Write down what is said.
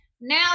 Now